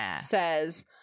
says